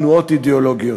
תנועות אידיאולוגיות.